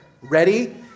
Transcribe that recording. Ready